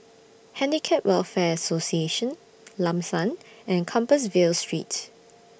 Handicap Welfare Association Lam San and Compassvale Street